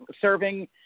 serving